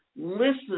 listen